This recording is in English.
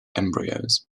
embryos